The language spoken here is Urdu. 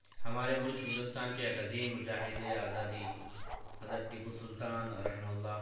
ہمارے ملک ہندوستان کے ایک عظیم مجاہدِ آزادی حضرت ٹیپو سلطان رحمہ اللہ